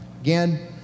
Again